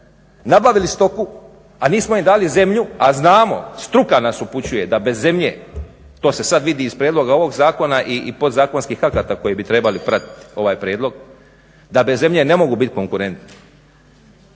nabavili stoku a nismo im dali zemlju a znamo, struka nas upućuje da bez zemlje, to se sad vidi iz prijedloga ovog zakona i podzakonskih akata koji bi trebali pratit ovaj prijedlog da bez zemlje ne mogu bit konkurentni.